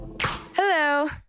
Hello